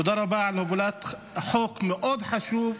תודה רבה על הובלת חוק מאוד חשוב,